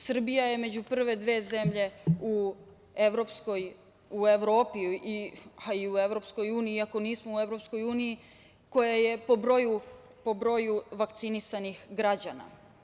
Srbija je među prve dve zemlje u Evropi, pa i u EU iako nismo u EU, koja je po broju vakcinisanih građana.